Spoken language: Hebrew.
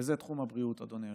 וזה תחום הבריאות, אדוני היושב-ראש.